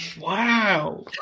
Wow